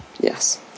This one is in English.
Yes